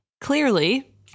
Clearly